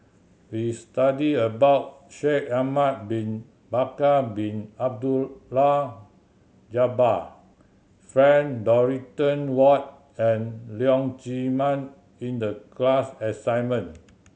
we studied about Shaikh Ahmad Bin Bakar Bin Abdullah Jabbar Frank Dorrington Ward and Leong Chee Mun in the class assignment